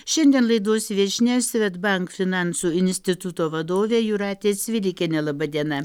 šiandien laidos viešnia svedbank finansų instituto vadovė jūratė cvilikienė laba diena